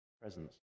presence